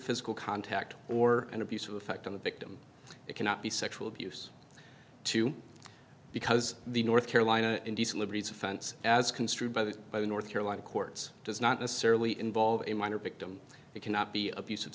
physical contact or an abusive effect on the victim it cannot be sexual abuse to because the north carolina indecent liberties offense as construed by the by the north carolina courts does not necessarily involve a minor victim it cannot be abus